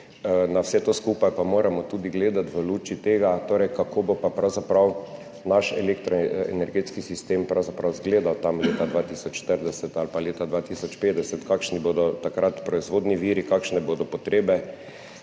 Na vse to skupaj pa moramo gledati tudi v luči tega, kako bo pa pravzaprav naš elektroenergetski sistem izgledal leta 2040 ali pa leta 2050, kakšni bodo takrat proizvodni viri, kakšne bodo potrebe,